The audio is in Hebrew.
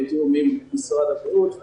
בתיאום עם משרד הבריאות,